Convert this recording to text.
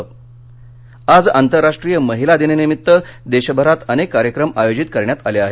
पुरस्कार आज आंतरराष्ट्रीय महिला दिनानिमित्त देशभरात अनेक कार्यक्रम आयोजित करण्यात आले आहेत